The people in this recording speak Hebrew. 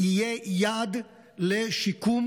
יהיה יעד לשיקום,